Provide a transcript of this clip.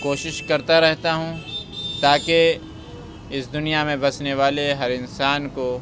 کوشش کرتا رہتا ہوں تاکہ اِس دنیا میں بسنے والے ہر انسان کو